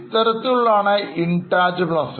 ഇത്തരത്തിലുള്ളതാണ് Intangible Asset